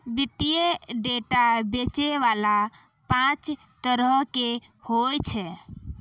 वित्तीय डेटा बेचै बाला पांच तरहो के होय छै